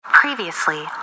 Previously